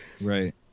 right